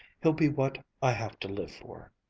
he'll be what i have to live for.